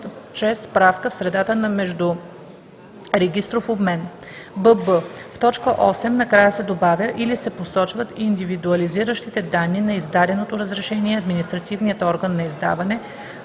чрез справка в средата за междурегистров обмен“; бб) в т. 8 накрая се добавя „или се посочват индивидуализиращите данни на издаденото разрешение и административният орган на издаване,